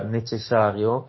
necessario